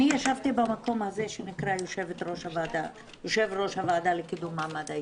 אני ישבתי במקום הזה של יושבת-ראש הוועדה לקידום מעמד האישה,